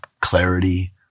clarity